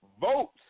Vote